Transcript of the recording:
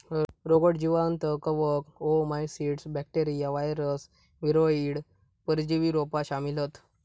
रोगट जीवांत कवक, ओओमाइसीट्स, बॅक्टेरिया, वायरस, वीरोइड, परजीवी रोपा शामिल हत